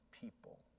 people